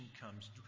comes